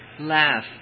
laugh